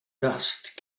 dust